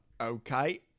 Okay